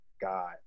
God